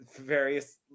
various